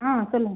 ஆ சொல்லுங்க